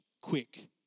Quick